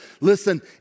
Listen